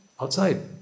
Outside